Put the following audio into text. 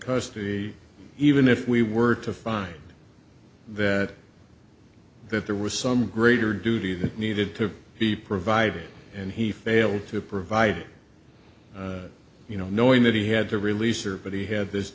custody even if we were to find that that there was some greater duty that needed to be provided and he failed to provide you know knowing that he had to release or but he had this